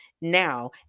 Now